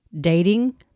dating